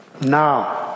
Now